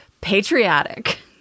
Patriotic